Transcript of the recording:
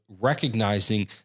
recognizing